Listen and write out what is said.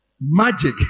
Magic